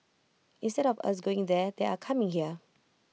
instead of us going there they are coming here